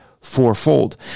fourfold